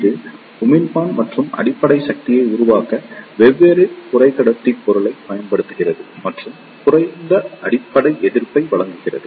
இது உமிழ்ப்பான் மற்றும் அடிப்படை சந்தியை உருவாக்க வெவ்வேறு குறைக்கடத்தி பொருளைப் பயன்படுத்துகிறது மற்றும் குறைந்த அடிப்படை எதிர்ப்பை வழங்குகிறது